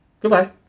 Goodbye